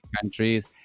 countries